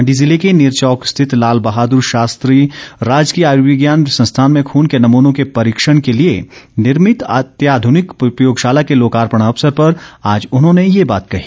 मंडी जिले के नेरचौक स्थित लाल बहाद्र शास्त्री राजकीय आर्य्वविज्ञान संस्थान में खून के नमूनों के परीक्षण के लिए निर्मित अत्याध्रनिक प्रयोगशाला के लोकार्पण अवसर पर आज उन्होंने ये बात कही